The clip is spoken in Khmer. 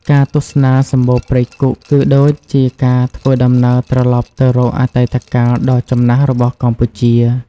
ការទស្សនាសំបូរព្រៃគុកគឺដូចជាការធ្វើដំណើរត្រឡប់ទៅរកអតីតកាលដ៏ចំណាស់របស់កម្ពុជា។